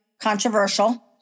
controversial